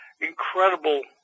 incredible